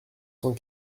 cent